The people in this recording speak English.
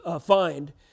find